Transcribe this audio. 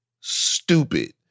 stupid